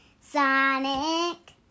Sonic